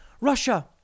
Russia